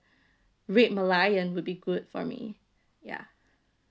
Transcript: red malayan will be good for me ya